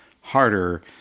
harder